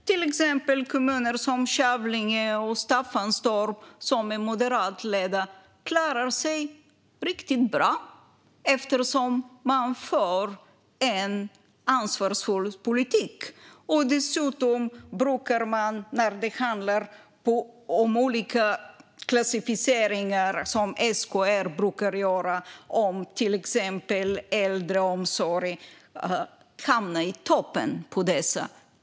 Till exempel klarar sig moderatledda kommuner som Kävlinge och Staffanstorp riktigt bra, eftersom de för en ansvarsfull politik. Dessutom brukar de hamna i topp när det handlar om olika klassificeringar som SKR brukar göra gällande till exempel äldreomsorg.